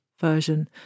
version